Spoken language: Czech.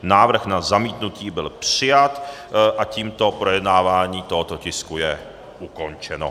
Návrh na zamítnutí byl přijat a tímto projednávání tohoto tisku je ukončeno.